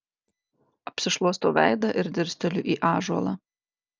apsišluostau veidą ir dirsteliu į ąžuolą